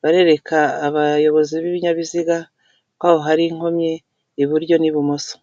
barereka abayobozi b'ibinyabiziga ko aho hari inkomyi iburyo n'ibumoso.